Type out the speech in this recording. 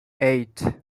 eight